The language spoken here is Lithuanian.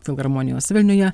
filharmonijos vilniuje